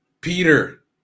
Peter